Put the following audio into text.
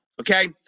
okay